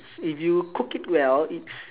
s~ if you cook it well it's